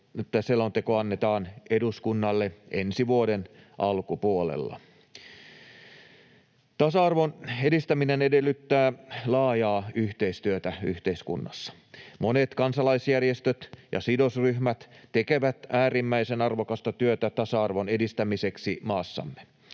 että selonteko annetaan eduskunnalle ensi vuoden alkupuolella. Tasa-arvon edistäminen edellyttää laajaa yhteistyötä yhteiskunnassa. Monet kansalaisjärjestöt ja sidosryhmät tekevät äärimmäisen arvokasta työtä tasa-arvon edistämiseksi maassamme.